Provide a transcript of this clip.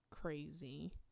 crazy